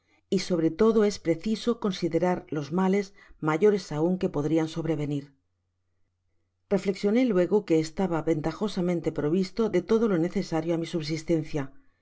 y sobre todo es preciso con siderar los males mayores aun que podrian sobrevenir reflexionó luego que estaba ventajosamente provisto de todo lo necesario á mi subsistencia y